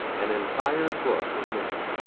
an entire book was missing.